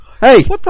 Hey